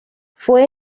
fue